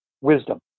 Wisdom